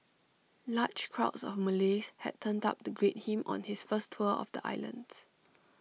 large crowds of Malays had turned up to greet him on his first tour of the islands